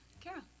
Carol